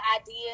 idea